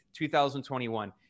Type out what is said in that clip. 2021